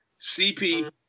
CP